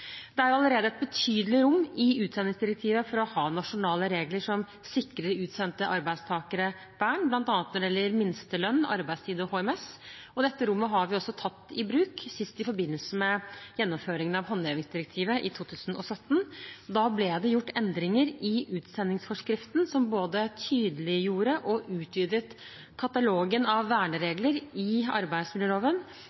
Det er allerede et betydelig rom i utsendingsdirektivet for å ha nasjonale regler som sikrer utsendte arbeidstakere vern, bl.a. når det gjelder minstelønn, arbeidstid og HMS. Dette rommet har vi tatt i bruk, sist i forbindelse med gjennomføringen av håndhevingsdirektivet i 2017. Da ble det gjort endringer i utsendingsforskriften som både tydeliggjorde og utvidet katalogen av